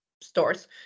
stores